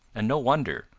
and no wonder,